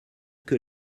que